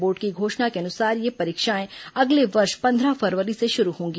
board की घोषणा के अनुसार ये परीक्षाएं अगले वर्ष पंद्रह फरवरी से शुरु होंगी